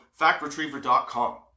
factretriever.com